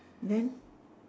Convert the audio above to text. then